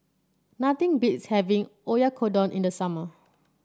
nothing beats having Oyakodon in the summer